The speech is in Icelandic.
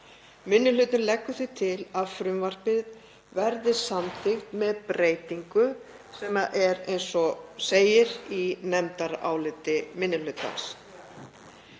Minni hlutinn leggur því til að frumvarpið verði samþykkt með breytingu sem er eins og segir í nefndaráliti minni hlutans.